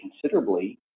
considerably